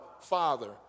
Father